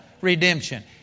redemption